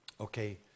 okay